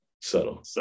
Subtle